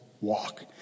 walk